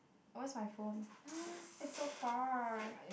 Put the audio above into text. where's my phone !huh! it's so far